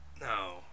no